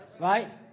right